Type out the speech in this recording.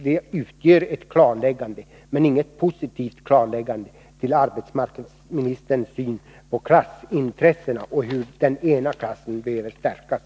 Det utgör ett klarläggande, men inget positivt klarläggande, av arbetsmarknadsministerns syn på klassintressena och på att den ena klassen bör stärkas.